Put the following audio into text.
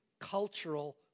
cultural